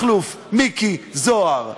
מכלוף מיקי זוהר,